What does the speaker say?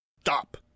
Stop